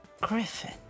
Griffin